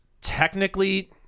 technically